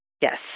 Yes